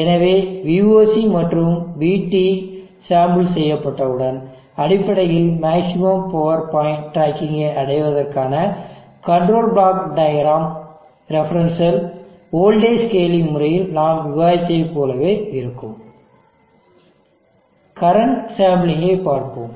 எனவே voc மற்றும் vT sample செய்யப்பட்டவுடன் அடிப்படையில் மேக்ஸிமம் பவர் பாயிண்ட் டிராக்கிங்கை அடைவதற்கான control block diagram reference cell voltage scaling முறையில் நாம் விவாதித்ததைப் போலவே இருக்கும் கரண்ட் சாம்ப்லிங்க் ஐ பார்ப்போம்